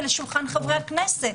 ולשולחן חברי הכנסת,